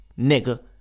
Nigga